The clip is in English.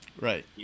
Right